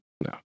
No